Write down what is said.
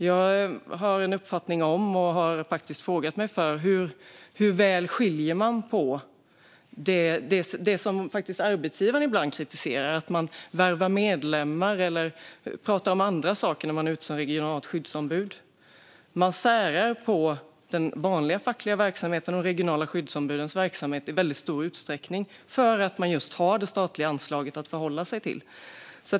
Jag har själv en uppfattning om detta och har frågat hur väl man skiljer mellan det som arbetsgivaren ibland kritiserar - att man värvar medlemmar eller pratar om andra saker när man är ute som regionalt skyddsombud - och själva uppdraget som regionalt skyddsombud. Man särar på den vanliga fackliga verksamheten och de regionala skyddsombudens verksamhet i väldigt hög grad för att man just har det statliga anslaget att förhålla sig till.